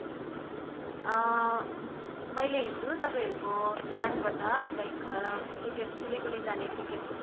हजुर मैले हिजो तपाईँहरूको स्ट्यान्डबाट लाइक टिकिट्स सिलगढी जाने टिकटको चाहिँ